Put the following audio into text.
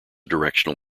directional